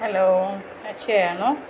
hello Akshaya ആണോ